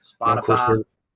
Spotify